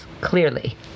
Clearly